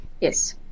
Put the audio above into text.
Yes